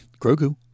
Grogu